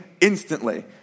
instantly